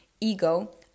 ego